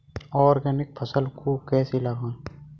Organic फसल को कैसे उगाएँ?